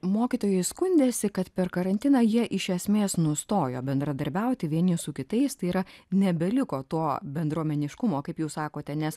mokytojai skundėsi kad per karantiną jie iš esmės nustojo bendradarbiauti vieni su kitais tai yra nebeliko to bendruomeniškumo kaip jūs sakote nes